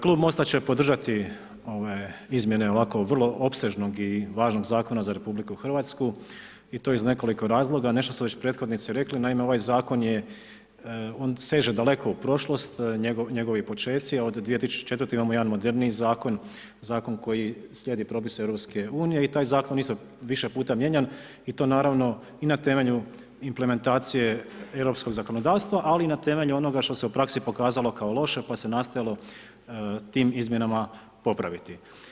Klub Mosta će podržati ove izmjene ovako vrlo opsežnog i važnog zakona za RH i to iz nekoliko razloga, nešto su već prethodnici rekli, naime ovaj zakon seže daleko u prošlost, njegovi počeci od 2004. imamo jedan moderniji zakon, zakon koji slijedi propise EU i taj zakon isto više puta mijenjan i to naravno i na temelju implementacije europskog zakonodavstva, ali i na temelju onoga što se u praksi pokazalo kao loše pa se nastojalo tim izmjenama popraviti.